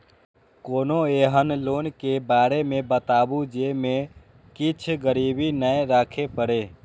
कोनो एहन लोन के बारे मे बताबु जे मे किछ गीरबी नय राखे परे?